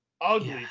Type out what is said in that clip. ugly